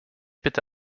bitte